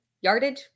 Yardage